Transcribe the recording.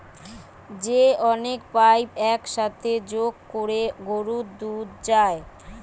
যে অনেক পাইপ এক সাথে যোগ কোরে গরুর দুধ যায়